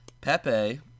Pepe